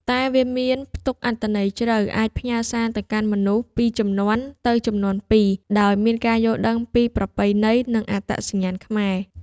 តែវាមាន ផ្ទុកអត្ថន័យជ្រៅ អាចផ្ញើសារទៅកាន់មនុស្សពីជំនាន់ទៅជំនាន់ពីរដោយមានការយល់ដឹងពីប្រពៃណី និងអត្តសញ្ញាណខ្មែរ។